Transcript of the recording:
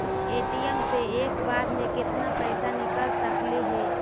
ATM से एक बार मे केतना पैसा निकल सकले हे?